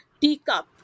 teacup